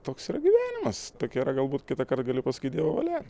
toks yra gyvenimas tokia yra galbūt kitąkart gali paskaityti jo valia